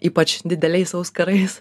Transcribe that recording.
ypač dideliais auskarais